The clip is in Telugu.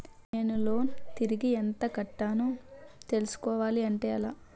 నేను లోన్ తిరిగి ఎంత కట్టానో తెలుసుకోవాలి అంటే ఎలా?